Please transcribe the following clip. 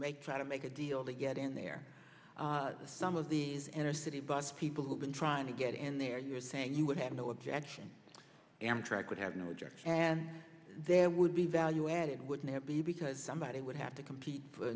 make try to make a deal to get in there some of these inner city bus people who've been trying to get in there you're saying you would have no objection amtrak would have no object and there would be value added wouldn't be because somebody would have to compete for